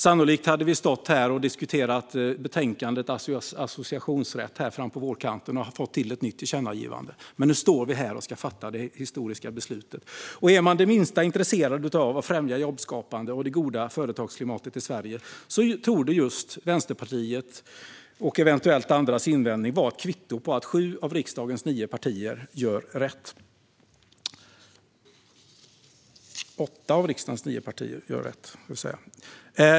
Sannolikt hade vi stått här och diskuterat betänkandet Associationsrätt fram på vårkanten och fått till ett nytt tillkännagivande, men det är nu vi ska fatta det historiska beslutet. Är man det minsta intresserad av att främja jobbskapande och det goda företagsklimatet i Sverige torde just Vänsterpartiets, och eventuellt andras, invändningar vara ett kvitto på att sju av riksdagens åtta partier gör rätt.